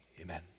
Amen